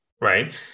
right